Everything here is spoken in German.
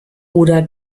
oder